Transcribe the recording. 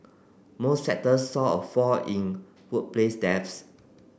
most sectors saw a fall in workplace deaths